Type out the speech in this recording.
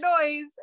noise